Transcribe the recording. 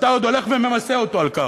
אתה עוד הולך וממסה אותו על כך.